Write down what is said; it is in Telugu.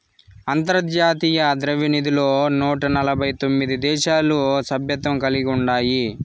అంతర్జాతీయ ద్రవ్యనిధిలో నూట ఎనబై తొమిది దేశాలు సభ్యత్వం కలిగి ఉండాయి